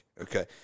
Okay